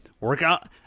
Workout